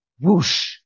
whoosh